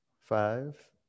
Five